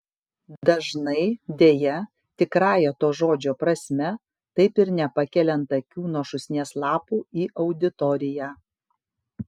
dažnai deja tikrąja to žodžio prasme taip ir nepakeliant akių nuo šūsnies lapų į auditoriją